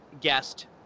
guest